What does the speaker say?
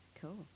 cool